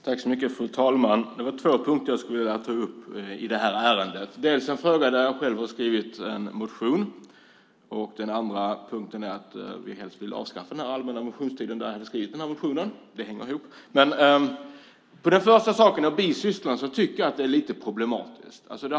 Fru talman! Det finns två punkter i detta ärende som jag skulle vilja ta upp, dels en motion jag väckt om bisysslor, dels att vi helt vill avskaffa den allmänna motionstiden - då jag väckte min motion. Det hänger ihop. Motionen gäller alltså bisysslor. Jag tycker att det hela är lite problematiskt.